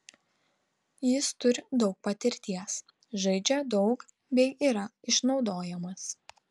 jis turi daug patirties žaidžia daug bei yra išnaudojamas